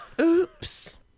Oops